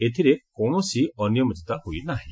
ଏଥିରେ କୌଣସି ଅନିୟମିତତା ହୋଇନାହିଁ